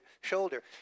shoulder